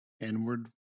inward